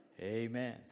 Amen